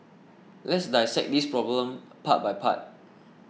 let's dissect this problem part by part